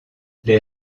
les